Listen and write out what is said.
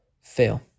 fail